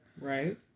right